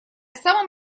самым